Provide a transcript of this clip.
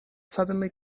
suddenly